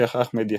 השייח אחמד יאסין.